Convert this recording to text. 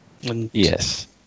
yes